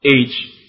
age